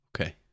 okay